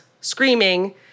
screaming